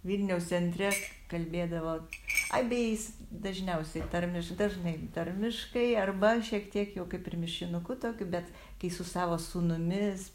vilniaus centre kalbėdavo a beje jis dažniausiai tarmiš dažnai tarmiškai arba šiek tiek jau kaip ir mišinuku tokiu bet kai su savo sūnumis